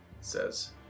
Says